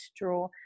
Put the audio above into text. draw